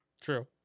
True